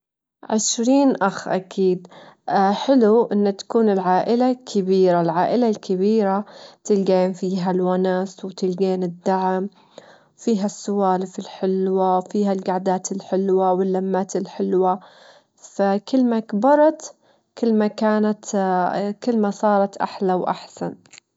أجلها أول شي تخفقين كريمة تجيلة مع السكر والفانيليا حتى تصير تجيلة، بعدين تصبين الحليب المكتف المحلى وتحركين المكونات ويا بعض، تحطين الخليط في وعاء وتغطينه بكيس النايلون، تحطينه في الفريز لمدة ست ساعات.